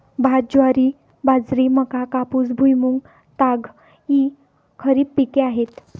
भात, ज्वारी, बाजरी, मका, कापूस, भुईमूग, ताग इ खरीप पिके आहेत